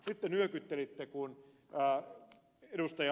nyt te nyökyttelitte kun ed